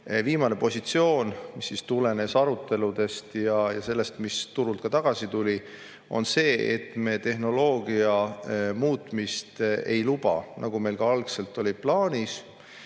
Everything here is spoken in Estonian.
viimane positsioon on – see tulenes aruteludest ja sellest, mis tagasiside turult tuli –, et me tehnoloogia muutmist ei luba, nagu meil ka algselt oli plaanis.